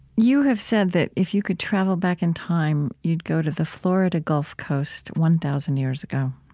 you have said that if you could travel back in time, you'd go to the florida gulf coast, one thousand years ago.